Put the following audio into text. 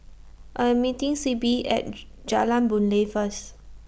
I Am meeting Sybil At Jalan Boon Lay First